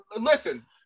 listen